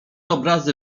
obrazy